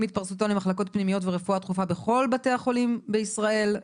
עם התפרשותו למחלקות פנימיות ורפואה דחופה בכל בתי החולים בישראל.